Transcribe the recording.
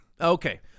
Okay